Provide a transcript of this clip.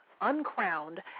uncrowned